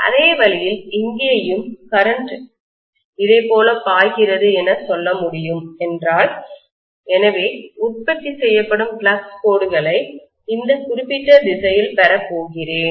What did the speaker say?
அதே வழியில் இங்கேயும் கரண்ட்மின்னோட்டம் இதைப் போல பாய்கிறது என சொல்ல முடியும் என்றால் எனவே உற்பத்தி செய்யப்படும் ஃப்ளக்ஸ் கோடுகளை இந்த குறிப்பிட்ட திசையில் பெறப்போகிறேன்